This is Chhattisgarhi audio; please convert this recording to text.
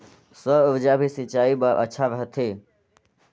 सौर ऊर्जा भी सिंचाई बर अच्छा रहथे?